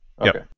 Okay